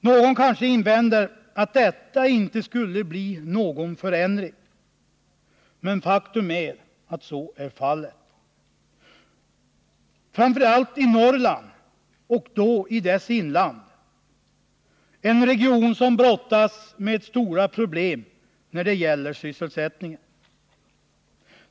Någon kanske invänder att detta inte skulle innebära någon förändring, men faktum är att så är fallet. Det gäller framför allt i Norrland, och då i dess inland, i en region som brottas med stora problem när det gäller sysselsättningen.